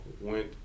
Went